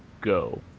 go